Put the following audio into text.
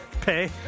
Pay